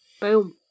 Boom